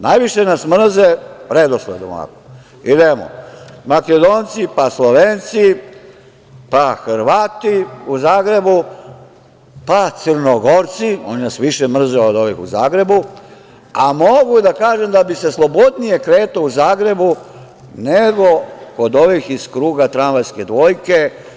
Najviše nas mrze Makedonci, pa Slovenci, pa Hrvati u Zagrebu, pa Crnogorci, oni nas više mrze od ovih u Zagrebu, a mogu da kažem da bi se slobodnije kretao u Zagrebu nego kod ovih iz kruga tramvajske dvojke.